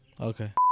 Okay